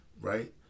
right